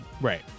Right